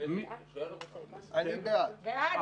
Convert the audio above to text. הצבעה בעד,